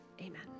Amen